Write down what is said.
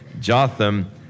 Jotham